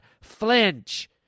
flinch